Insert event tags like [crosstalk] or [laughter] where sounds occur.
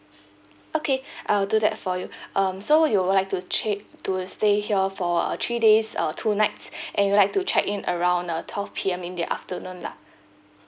okay I'll do that for you um so you would like to cha~ to stay here for uh three days uh two nights [breath] and you would like to check in around uh twelve P_M in the afternoon lah